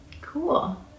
Cool